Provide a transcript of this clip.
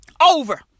Over